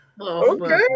okay